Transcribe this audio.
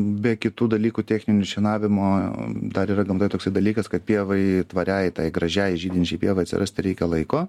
be kitų dalykų techninių šienavimo dar yra gamtoj toksai dalykas kad pievai tvariai tai gražiai žydinčiai pievai atsirasti reikia laiko